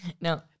No